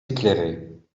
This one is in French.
éclairés